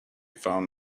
found